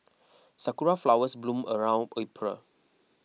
sakura flowers bloom around April